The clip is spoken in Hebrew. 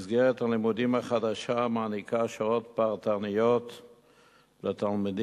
מסגרת הלימודים החדשה מעניקה שעות פרטניות לתלמידים,